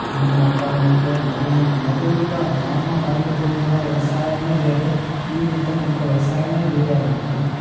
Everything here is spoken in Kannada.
ಈಗಿನ ವಾತಾವರಣಕ್ಕೆ ಮೊದಲಿಂದ ಮೊದಲಿದ್ದ ನಮ್ಮ ಬಾಲ್ಯದ ಜೀವನದ ವ್ಯವಸಾಯನೇ ಬೇರೆ ಈಗಿರ್ತಕ್ಕಂಥ ವ್ಯವಸಾಯನೇ ಬೇರೆ ಆಗಿಬಿಟ್ಟಿದೆ